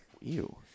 Ew